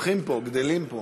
גדלים פה.